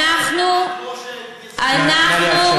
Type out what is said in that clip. נא לאפשר לה.